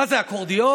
מה זה, אקורדיון?